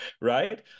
right